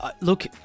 Look